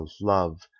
love